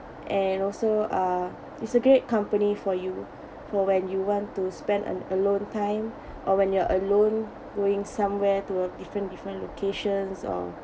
and also uh it's a great company for you for when you want to spend an alone time or when you are alone going somewhere to uh different different locations or